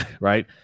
right